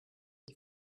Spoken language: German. ich